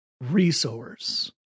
resource